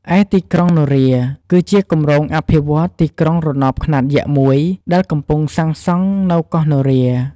ឯទីក្រុងនរា គឺជាគម្រោងអភិវឌ្ឍន៍ទីក្រុងរណបខ្នាតយក្សមួយ ដែលកំពុងសាងសង់នៅកោះនរា។